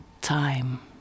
time